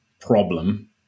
problem